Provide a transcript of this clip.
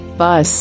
bus